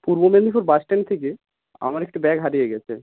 পূর্ব Medinipur bus stand থেকে আমার একটি ব্যাগ হারিয়ে গেছে